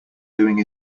doing